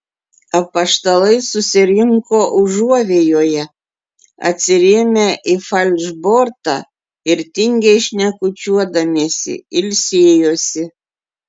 apaštalai susirinko užuovėjoje atsirėmę į falšbortą ir tingiai šnekučiuodamiesi ilsėjosi